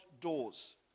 doors